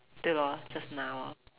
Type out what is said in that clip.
对 lor just now lor